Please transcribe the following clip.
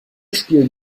spielen